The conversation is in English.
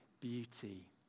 beauty